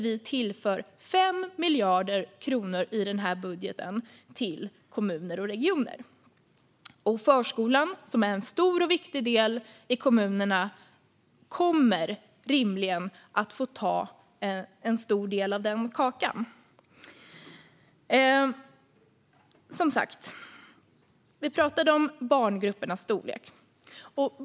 Vi tillför 5 miljarder kronor i budgeten till kommuner och regioner, och förskolan, som är en stor och viktig del i kommunerna, kommer rimligen att få ta en stor del av kakan. Vi pratade om barngruppernas storlek.